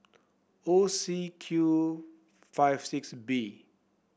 O C Q five six B